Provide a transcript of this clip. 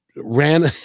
ran